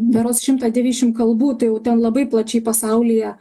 berods šimtą devyšim kalbų tai jau ten labai plačiai pasaulyje